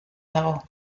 dago